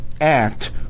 act